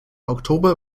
oktober